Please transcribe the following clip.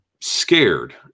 scared